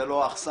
זה לא האכסניה.